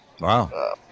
Wow